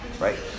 right